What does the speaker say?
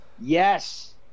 Yes